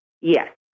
Yes